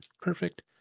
Perfect